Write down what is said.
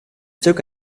took